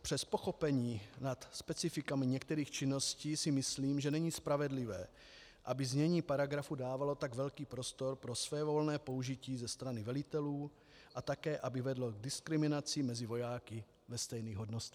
Přes pochopení nad specifikami některých činností si myslím, že není spravedlivé, aby znění paragrafu dávalo tak velký prostor pro svévolné použití ze strany velitelů a také aby vedlo k diskriminaci mezi vojáky ve stejných hodnostech.